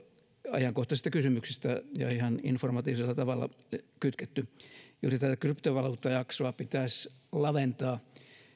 ajankohtaisista kysymyksistä ja ihan informatiivisella tavalla kytketty juuri tätä kryptovaluuttajaksoa pitäisi laventaa